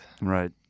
right